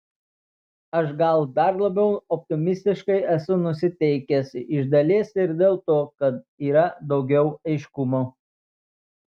aš gal dar labiau optimistiškai esu nusiteikęs iš dalies ir dėl to kad yra daugiau aiškumo